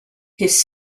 his